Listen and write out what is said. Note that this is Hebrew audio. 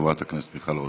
חברת הכנסת מיכל רוזין.